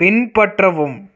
பின்பற்றவும்